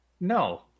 No